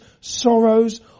sorrows